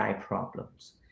problems